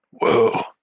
Whoa